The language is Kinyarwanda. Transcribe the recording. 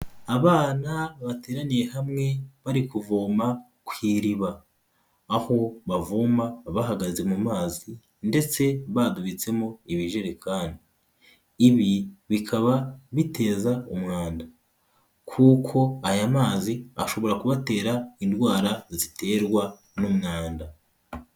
Abana bateraniye hamwe bari kuvoma ku iriba, aho bavoma bahagaze mu mazi ndetse badubitsemo ibijerekani, ibi bikaba biteza umwanda kuko aya mazi ashobora kubatera indwara ziterwa n'umwanda.